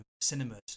cinemas